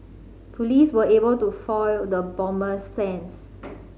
police were able to foil the bomber's plans